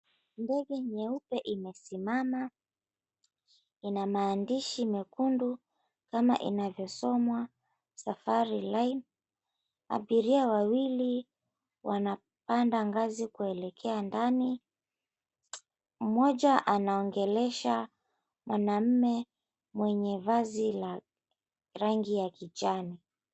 Ndege nyeupe imesimama ina maandishi mekundu kama inavyosomwa, Safari Line. Abiria wawili wanapanda ngazi kuelekea ndani, mmoja anaongelesha mwanaume mwenye vazi la rangi ya kijani.